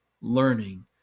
learning